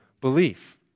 belief